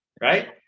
right